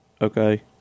Okay